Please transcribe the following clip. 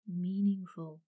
meaningful